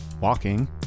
WALKING